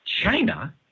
China